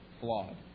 flawed